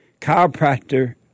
chiropractor